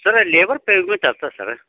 ಸರ labour payment ಅಷ್ಟೆ ಸರ